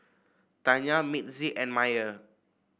Tanya Mitzi and Myer